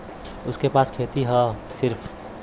उनके पास खेती हैं सिर्फ